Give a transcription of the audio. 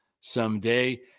someday